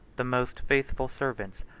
the most faithful servants,